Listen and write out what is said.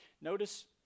Notice